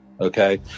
Okay